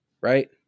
right